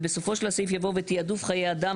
ובסופו של הסעיף יבוא "ותיעדוף חיי אדם,